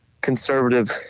conservative